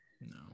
No